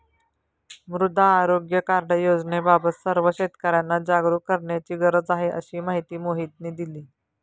मृदा आरोग्य कार्ड योजनेबाबत सर्व शेतकर्यांना जागरूक करण्याची गरज आहे, अशी माहिती मोहितने दिली